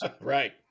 Right